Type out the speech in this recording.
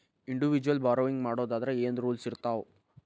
Individual borrowing ಮಾಡೊದಾದ್ರ ಏನ್ ರೂಲ್ಸಿರ್ತಾವ?